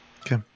Okay